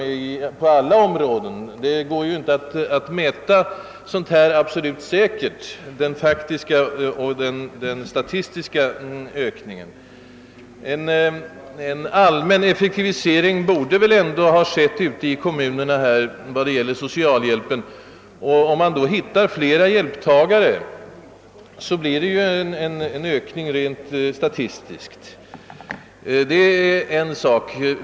på på alla områden; det går inte att absolut säkert avgöra vad som är en faktisk och vad som är en statistisk ökning av en samhällsföreteelse. En allmän effektivisering av socialhjälpen borde ju nu ha ägt rum ute i kommunerna. Om detta medfört att man hittat fler hjälptagare än tidigare, så blir ju resultatet en ökning, inte faktiskt men rent statistiskt.